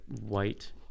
white